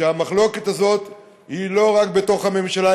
שהמחלוקת הזאת היא לא רק בתוך הממשלה,